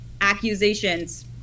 accusations